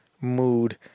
mood